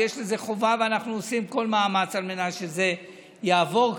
יש חובה, ואנחנו עושים כל מאמץ כדי שזה יעבור כאן.